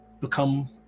become